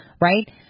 right